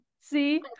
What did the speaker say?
see